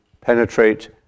penetrate